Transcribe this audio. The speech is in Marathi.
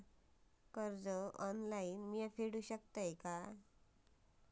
कर्ज ऑनलाइन मी फेडूक शकतय काय?